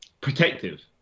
protective